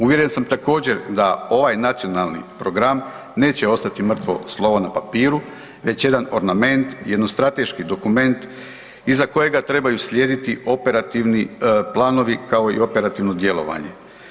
Uvjeren sam također da ovaj nacionalni program neće ostati mrtvo slovo na papiru već jedan ornament, jedan strateški dokument iza kojega trebaju slijediti operativni planovi, kao i operativno djelovanje.